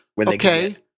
Okay